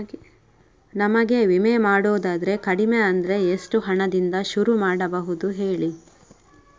ನಮಗೆ ವಿಮೆ ಮಾಡೋದಾದ್ರೆ ಕಡಿಮೆ ಅಂದ್ರೆ ಎಷ್ಟು ಹಣದಿಂದ ಶುರು ಮಾಡಬಹುದು ಹೇಳಿ